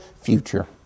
future